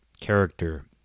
character